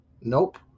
Nope